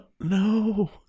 no